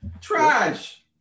trash